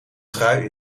trui